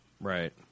Right